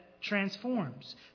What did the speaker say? transforms